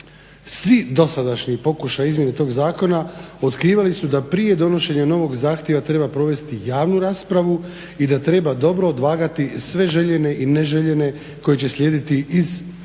Svi dosadašnji pokušaji izmjene tog zakona otkrivali su da prije donošenja novog zahtjeva treba provesti javnu raspravu i da treba dobro odvagati sve željene i neželjene koji će slijediti iz odredbi